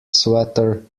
swatter